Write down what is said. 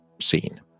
scene